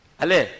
ale